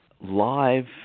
live